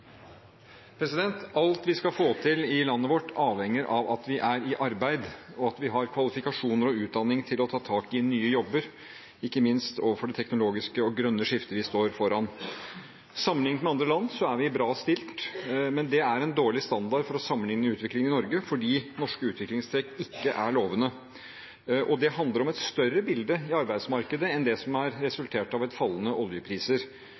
Alt vi skal få til i landet vårt, avhenger av at vi er i arbeid, og at vi har kvalifikasjoner og utdanning til å ta tak i nye jobber, ikke minst med tanke på det teknologiske og grønne skiftet vi står foran. Sammenliknet med andre land er vi bra stilt, men det er en dårlig standard for å sammenlikne med utviklingen i Norge fordi norske utviklingstrekk ikke er lovende. Det handler om et større bilde i arbeidsmarkedet enn det som er